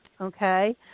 okay